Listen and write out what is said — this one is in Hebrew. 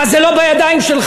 מה, זה לא בידיים שלך?